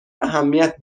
اهمیت